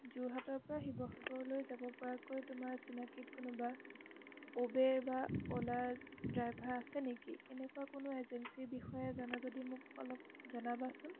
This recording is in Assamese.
যোৰহাটৰ পৰা শিৱসাগৰলৈ যাব পৰাকৈ তোমাৰ চিনাকীত কোনোবা ওবেৰ বা অ'লা ড্ৰাইভাৰ আছে নেকি এনেকুৱা কোনো এজেঞ্চিৰ বিষয়ে জানা যদি মোক অলপ জনাবাচোন